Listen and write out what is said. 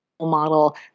Model